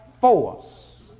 force